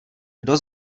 kdo